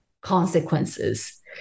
consequences